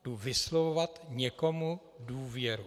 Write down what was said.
Jdu vyslovovat někomu důvěru.